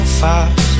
fast